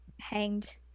Hanged